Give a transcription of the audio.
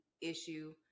issue